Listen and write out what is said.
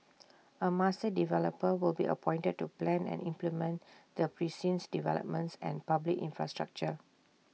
A master developer will be appointed to plan and implement the precinct's developments and public infrastructure